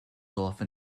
often